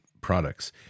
products